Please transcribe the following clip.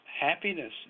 happiness